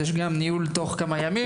יש גם ניהול אחרי כמה ימים.